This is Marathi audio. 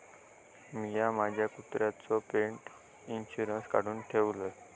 मिया माझ्या कुत्र्याचो पेट इंशुरन्स काढुन ठेवलय